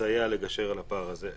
לסייע לגשר על הפער הזה.